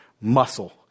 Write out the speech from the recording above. muscle